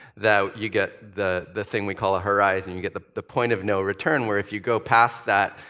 that you get the the thing we call a horizon, you get the the point of no return where if you go past that,